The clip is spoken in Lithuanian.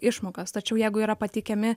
išmokas tačiau jeigu yra pateikiami